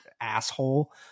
asshole